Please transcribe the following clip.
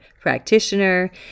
practitioner